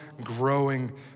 growing